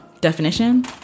definition